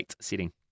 sitting